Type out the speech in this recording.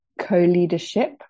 co-leadership